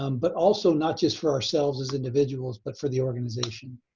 um but also not just for ourselves as individuals but for the organization.